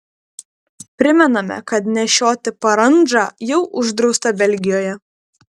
primename kad nešioti parandžą jau uždrausta belgijoje